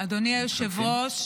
אדוני היושב-ראש